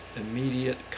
immediate